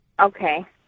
Okay